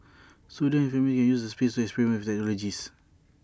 students and families can use the space experiment with technologies